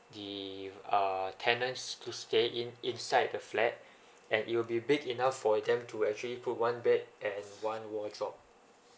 the err tenants to stay in inside the flat and it'll be big enough for them to actually put one bed and one wardrobe